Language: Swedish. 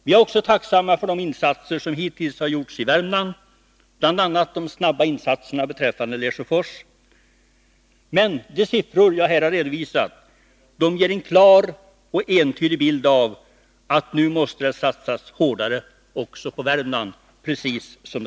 Vi är också tacksamma för de insatser som hittills gjorts i Värmland — bl.a. de snabba insatserna beträffande Lesjöfors —, men de siffror jag här redovisat ger en klar och entydig bild av att nu måste det satsas hårdare också på Värmland.